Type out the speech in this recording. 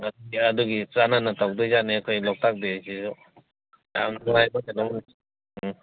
ꯑꯗꯨꯒꯤ ꯆꯥꯟꯅꯅ ꯇꯧꯗꯣꯏꯖꯥꯠꯅꯦ ꯑꯩꯈꯣꯏ ꯂꯣꯛꯇꯥꯛ ꯗꯦꯁꯤꯁꯨ ꯌꯥꯝ ꯅꯨꯡꯉꯥꯏꯕ ꯀꯩꯅꯣꯝ ꯎꯝ